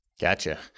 Gotcha